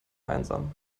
einsam